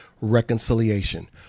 reconciliation